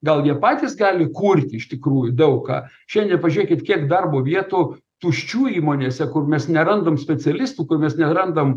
gal jie patys gali kurti iš tikrųjų daug ką šiandien pažiūrėkit kiek darbo vietų tuščių įmonėse kur mes nerandam specialistų kur mes nerandam